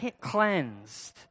cleansed